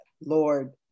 Lord